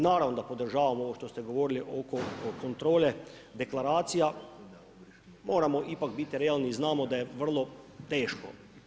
Naravno podržavam ovo što ste govorili oko kontrole, deklaracija, moramo ipak biti realni i znamo da je vrlo teško.